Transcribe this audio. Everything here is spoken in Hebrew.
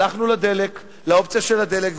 הלכנו לאופציה של הדלק.